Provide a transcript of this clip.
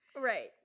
Right